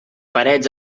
parets